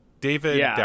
David